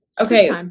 Okay